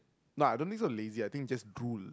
no I don't think so lazier I think just fool